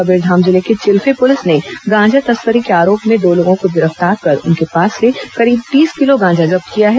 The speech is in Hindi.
कबीरधाम जिले की चिल्फी पुलिस ने गांजा तस्करी के आरोप में दो लोगों को गिरफ्तार कर उनके पास से करीब तीस किलो गांजा जब्त किया है